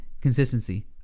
consistency